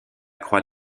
croix